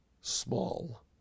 small